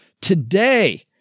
today